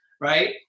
right